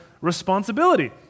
responsibility